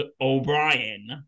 O'Brien